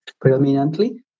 predominantly